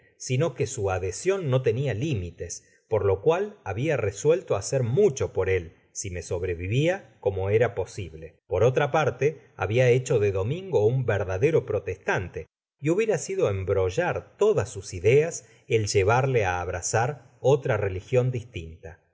sino que su adhesion no tenia limites por locual habia resuelto hacer mucho por él si me sobrevivia como era posible por otra parte habia hecho de domingo un verdadero protestante y hubiera sido embrollar todas sus ideas el llevarle abrazar otra religion distinta